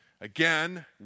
Again